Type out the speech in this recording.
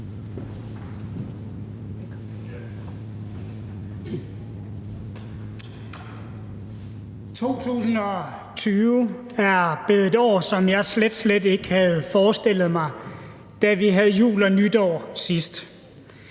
2020 er blevet et år, som jeg slet, slet ikke havde forestillet mig, da vi havde jul og nytår sidst.